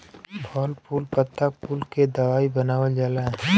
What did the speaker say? फल फूल पत्ता कुल के दवाई बनावल जाला